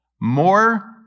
More